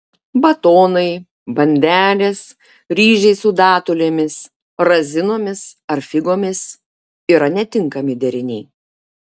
batonai bandelės ryžiai su datulėmis razinomis ar figomis yra netinkami deriniai